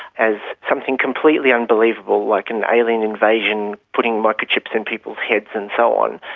as something completely unbelievable like an alien invasion putting microchips in people's heads and so on.